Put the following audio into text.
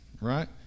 right